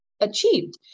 achieved